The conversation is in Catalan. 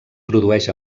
produeix